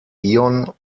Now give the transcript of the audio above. ion